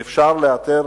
ואפשר לאתר